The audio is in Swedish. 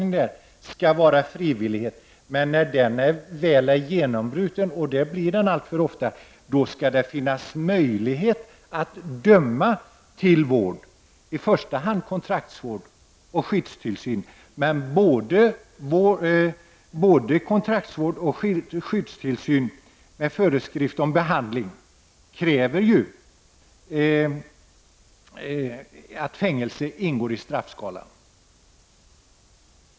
Men när denna första försvarslinje väl är genombruten, och det blir den alltför ofta, skall det finnas möjligheter att döma till vård — i första hand kontraktsvård och skyddstillsyn. Både kontraktsvård och skyddstillsyn med föreskrift om behandling kräver emellertid att fängelse ingår i straffskalan.